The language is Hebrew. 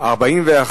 נתקבלו.